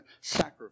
sacrifice